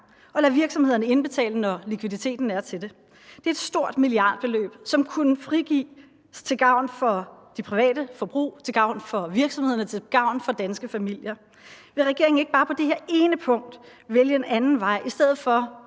og lad virksomhederne indbetale dem, når likviditeten er til det. Det er et stort milliardbeløb, som kunne frigives til gavn for det private forbrug, til gavn for virksomhederne, til gavn for danske familier. Vil regeringen ikke bare på det her ene punkt vælge en anden vej i stedet for,